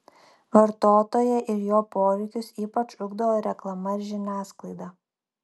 vartotoją ir jo poreikius ypač ugdo reklama ir žiniasklaida